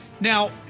Now